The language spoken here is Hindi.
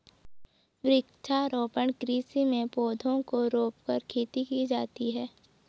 वृक्षारोपण कृषि में पौधों को रोंपकर खेती की जाती है